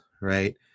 right